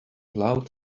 loud